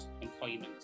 employment